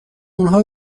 آنها